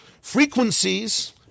Frequencies